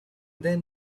then